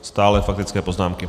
Stále faktické poznámky.